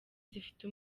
zifite